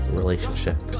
relationship